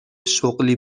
شغلی